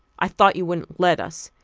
i thought you wouldn't let us,